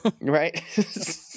right